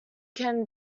can